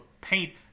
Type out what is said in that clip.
paint